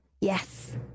Yes